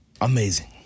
Amazing